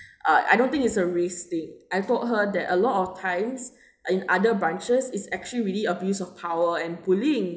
uh I don't think it's a risk thing I told her that a lot of times in other branches its actually really abuse of power and bullying